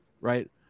right